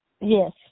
Yes